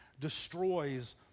destroys